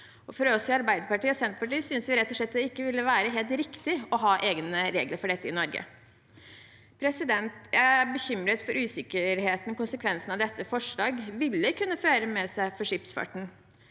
Vi i Arbeiderpartiet og Senterpartiet synes rett og slett ikke det vil være helt riktig å ha egne regler for dette i Norge. Jeg er bekymret for og usikker på hva konsekvensen av dette forslaget ville kunne føre med seg for skipsfarten.